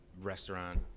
restaurant